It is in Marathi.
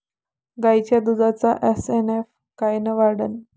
गायीच्या दुधाचा एस.एन.एफ कायनं वाढन?